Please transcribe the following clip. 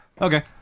Okay